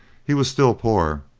he was still poor,